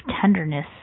tenderness